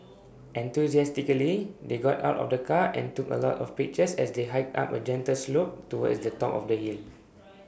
enthusiastically they got out of the car and took A lot of pictures as they hiked up A gentle slope towards the top of the hill